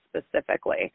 specifically